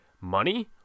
money